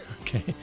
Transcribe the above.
Okay